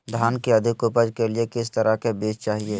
धान की अधिक उपज के लिए किस तरह बीज चाहिए?